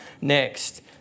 next